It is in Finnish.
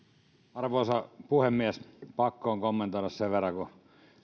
arvoisa puhemies pakko on kommentoida sen verran kun